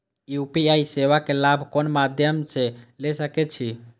UPI सेवा के लाभ कोन मध्यम से ले सके छी?